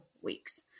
weeks